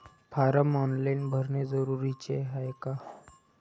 Form online भरने जरुरीचे हाय का?